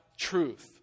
truth